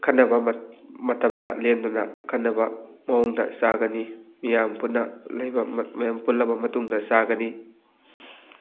ꯑꯈꯟꯅꯕ ꯃꯇꯝꯗ ꯂꯦꯟꯗꯨꯅ ꯑꯈꯟꯅꯕ ꯃꯑꯣꯡꯗ ꯆꯥꯒꯅꯤ ꯃꯤꯌꯥꯝ ꯄꯨꯟꯅ ꯂꯩꯕ ꯃꯌꯥꯝ ꯄꯨꯜꯂꯕ ꯃꯇꯨꯡꯗ ꯆꯥꯒꯅꯤ